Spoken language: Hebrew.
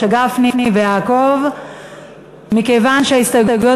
משה גפני ויעקב אשר.